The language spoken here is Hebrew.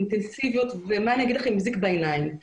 אינטנסיביות ועם זיק בעיניים.